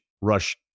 rush